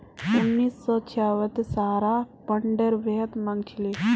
उन्नीस सौ छियांबेत सहारा बॉन्डेर बेहद मांग छिले